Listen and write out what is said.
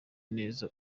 neza